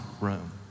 room